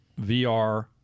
VR